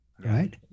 right